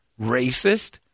racist